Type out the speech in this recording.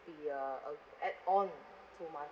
would be a a add on to my